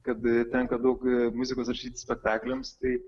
kad tenka daug muzikos rašyti spektakliams tai